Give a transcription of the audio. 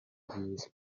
diris